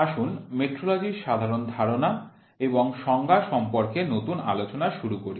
আসুন মেট্রোলজির সাধারণ ধারণা এবং সংজ্ঞা সম্পর্কে নতুন আলোচনা শুরু করি